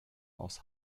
aus